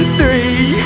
three